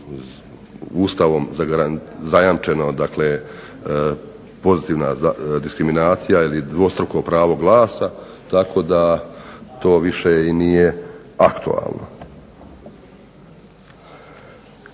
Ustavom zajamčeno dakle pozitivna diskriminacija ili dvostruko pravo glasa tako da to više i nije aktualno.